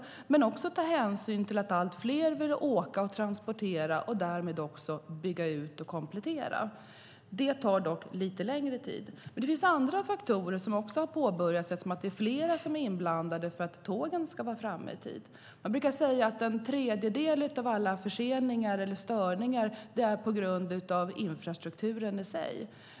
Men man ska också ta hänsyn till att allt fler vill åka och transportera och därmed också bygga ut och komplettera. Det tar dock lite längre tid. Det finns andra faktorer som också har påbörjats eftersom det är fler som är inblandade för att tågen ska vara framme i tid. Man brukar säga att en tredjedel av alla förseningar eller störningar sker på grund av infrastrukturen i sig.